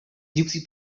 gypsy